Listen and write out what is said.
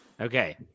Okay